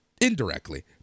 Indirectly